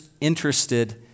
interested